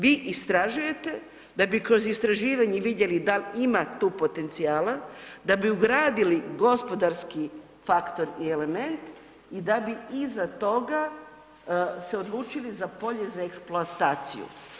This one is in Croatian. Vi istražujete da bi kroz istraživanje vidjeli da li ima tu potencijala, da bi ugradili gospodarski faktor i element i da bi iza toga se odlučili za polje za eksploataciju.